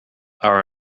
are